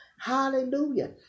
Hallelujah